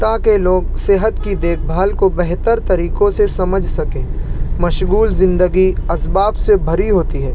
تاکہ لوگ صحت کی دیکھ بھال کو بہتر طریقوں سے سمجھ سکیں مشغول زندگی اسباب سے بھری ہوتی ہے